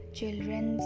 children